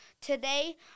today